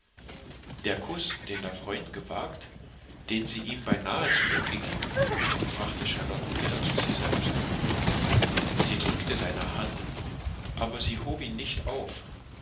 der kuß den der freund gewagt den sie ihm beinahe zurückgegeben brachte charlotten wieder zu sich selbst sie drückte seine hand aber sie hob ihn nicht auf